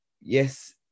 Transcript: yes